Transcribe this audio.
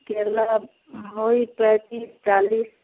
केला वो ही पैंतीस चालीस